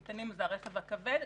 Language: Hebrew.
המטענים זה הרכב הכבד,